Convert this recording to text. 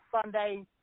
sunday